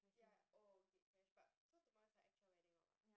ya oh gatecrash but so tomorrow is her actual wedding or what